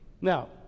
Now